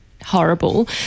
horrible